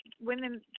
women